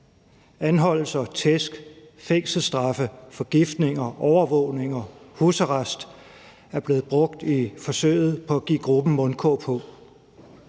Anholdelser, tæsk, fængselsstraffe, forgiftninger, overvågninger og husarrest er blevet brugt i forsøget på at give gruppen mundkurv på.